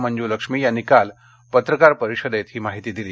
मंजुलक्ष्मी यांनी काल पत्रकार परिषदेत ही माहिती दिली